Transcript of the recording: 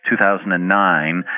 2009